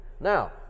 Now